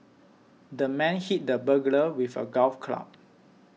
the man hit the burglar with a golf club